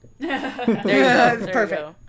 Perfect